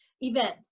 event